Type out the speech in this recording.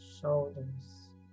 shoulders